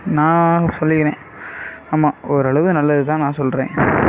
நான் சொல்கிறேன் ஆமாம் ஓரளவு நல்லதுதான் நான் சொல்கிறேன்